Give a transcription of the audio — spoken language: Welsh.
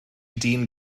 dyn